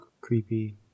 creepy